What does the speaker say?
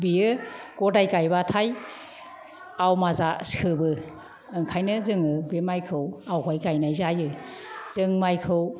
बेयो गदाय गायबाथाय आवमा जा सोबो ओंखायनो जोङो बे माइखौ आवगाय गायनाय जायो जों माइखौ